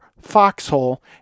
foxhole